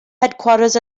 headquarters